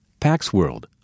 PaxWorld